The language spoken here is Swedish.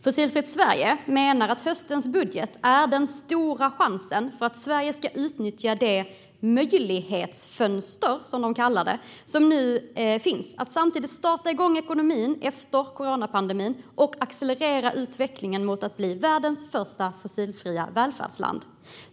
Fossilfritt Sverige menar att höstens budget är den stora chansen för Sverige att utnyttja det möjlighetsfönster, som man kallar det, som nu finns. Det handlar om att samtidigt sätta igång ekonomin efter coronapandemin och accelerera utvecklingen mot att bli världens första fossilfria välfärdsland.